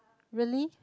really